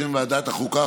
בשם ועדת החוקה,